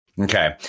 Okay